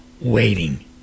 waiting